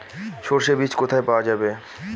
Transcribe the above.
সর্ষে বিজ কোথায় পাওয়া যাবে?